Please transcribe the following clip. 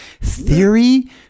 Theory